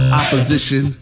opposition